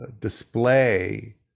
display